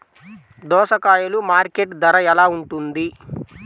దోసకాయలు మార్కెట్ ధర ఎలా ఉంటుంది?